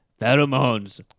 pheromones